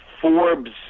Forbes